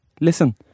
Listen